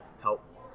help